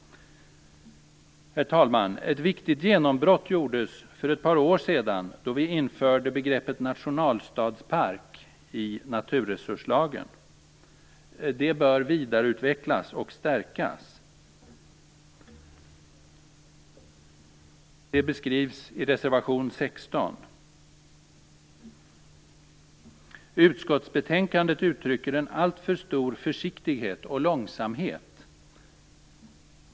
Herr talman! Ett viktigt genombrott gjordes för ett par år sedan då vi införde begreppet nationalstadspark i naturresurslagen. Det bör vidareutvecklas och stärkas. Det beskrivs i reservation 16. Utskottsbetänkandet uttrycker en alltför stor försiktighet och långsamhet.